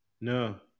No